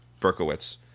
Berkowitz